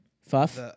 fuff